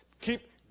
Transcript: keep